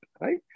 right